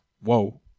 Whoa